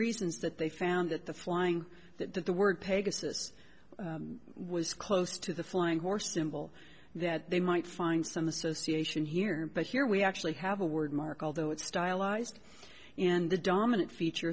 reasons that they found that the flying that the word pegasus was close to the flying horse symbol that they might find some association here but here we actually have a word mark although it's stylized and the dominant feature